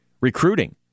Recruiting